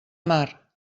mar